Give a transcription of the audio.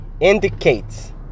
indicates